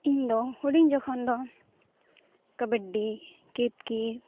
ᱤᱧᱫᱚ ᱦᱩᱰᱤᱧ ᱡᱚᱠᱷᱚᱱ ᱫᱚ ᱠᱟᱵᱟᱰᱤ ᱠᱤᱛᱼᱠᱤᱛ